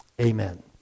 amen